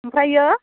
ओमफ्राय